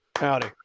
Howdy